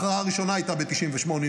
ההכרעה הראשונה הייתה ב-1998,